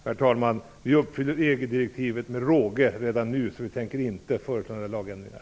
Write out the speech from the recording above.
Herr talman! Vi uppfyller redan nu EU-direktivet med råge, så vi tänker inte föreslå några lagändringar.